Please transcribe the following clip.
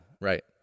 right